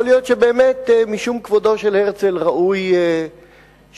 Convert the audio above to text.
יכול להיות שבאמת משום כבודו של הרצל ראוי שלא